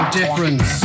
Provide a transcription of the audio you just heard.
difference